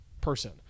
person